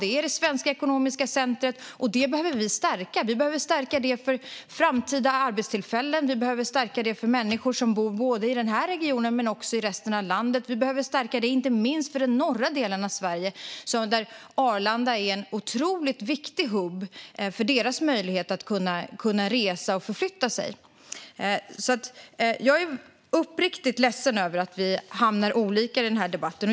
Det är det svenska ekonomiska centrumet, och det behöver vi stärka - för framtida arbetstillfällen och för människor som bor både i den här regionen och i resten av landet. Vi behöver stärka det inte minst för den norra delen av Sverige, där Arlanda är en otroligt viktig hubb för möjligheten att resa och förflytta sig. Jag är uppriktigt ledsen över att vi hamnar olika i denna debatt.